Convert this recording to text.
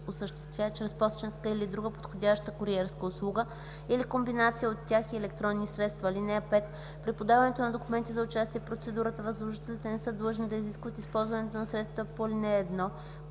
осъществява чрез пощенска или друга подходяща куриерска услуга или комбинация от тях и електронни средства. (5) При подаването на документи за участие в процедурата възложителите не са длъжни да изискват използването на средствата по ал.1,